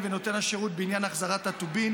לאלה של נותן השירות בעניין החזרת הטובין.